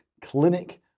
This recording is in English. Clinic